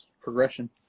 progression